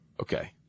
Okay